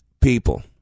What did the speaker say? people